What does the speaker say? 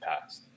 past